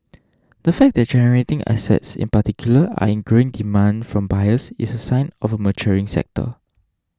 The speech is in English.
the fact that generating assets in particular are in growing demand from buyers is a sign of a maturing sector